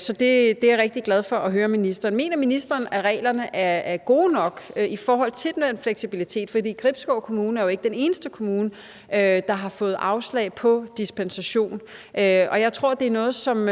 Så det er jeg rigtig glad for at høre ministeren sige. Mener ministeren, at reglerne er gode nok i forhold til den fleksibilitet? For Gribskov Kommune er jo ikke den eneste kommune, der har fået afslag på dispensation, og jeg tror, det er noget, som